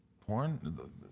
Porn